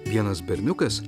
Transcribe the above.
vienas berniukas